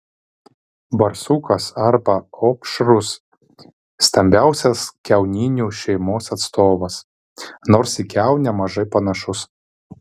barsukas arba opšrus stambiausias kiauninių šeimos atstovas nors į kiaunę mažai panašus